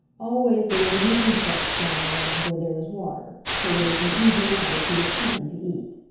always there are many insects flying around where there is water, so it is an easy matter to get plenty to eat.